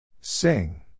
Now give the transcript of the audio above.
Sing